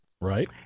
Right